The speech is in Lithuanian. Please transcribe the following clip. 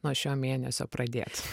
nuo šio mėnesio pradėt